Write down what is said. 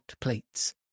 plates